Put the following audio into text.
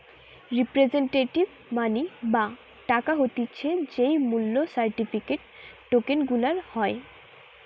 representative money বা টাকা হতিছে যেই মূল্য সার্টিফিকেট, টোকেন গুলার হয়